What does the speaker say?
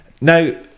Now